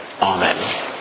Amen